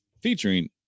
Featuring